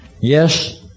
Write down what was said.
Yes